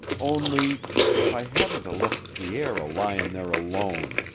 only if i hadn't a left pierre a-lyin' there alone.